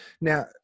Now